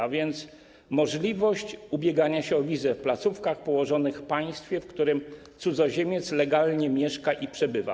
A więc możliwość ubiegania się o wizę w placówkach położonych w państwie, w którym cudzoziemiec legalnie mieszka i przebywa.